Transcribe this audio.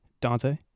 Dante